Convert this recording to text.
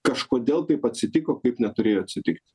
kažkodėl taip atsitiko kaip neturėjo atsitikt